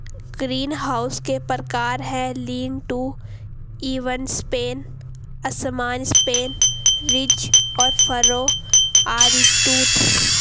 greenhouse के प्रकार है, लीन टू, इवन स्पेन, असमान स्पेन, रिज और फरो, आरीटूथ